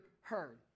heard